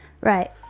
right